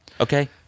okay